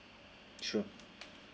sure